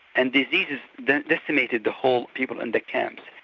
and diseases then decimated the whole people in the camps.